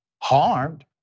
harmed